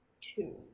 two